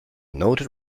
noted